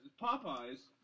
Popeyes